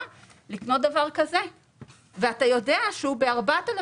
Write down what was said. סיגריות לקנות דבר כזה ואתה יודע שהוא ב-4,000